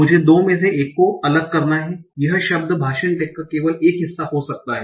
मुझे 2 में से एक को अलग करना है यह शब्द भाषण टैग का केवल एक हिस्सा हो सकता है